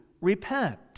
repent